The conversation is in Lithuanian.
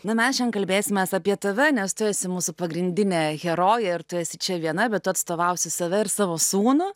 na mes šian kalbėsimės apie tave nes tu esi mūsų pagrindinė herojė ir tu esi čia viena bet atstovausi save ir savo sūnų